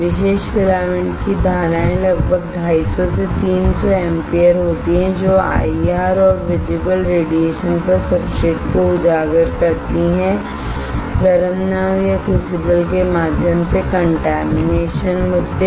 विशिष्ट फिलामेंट की धाराएं लगभग 250 से 300 एम्पीयरहोती हैं जो IR और विजिबल रेडिएशन पर सब्सट्रेट को उजागर करती हैं गर्म नाव या क्रूसिबल के माध्यम से कॉन्टेमिनेशन मुद्दे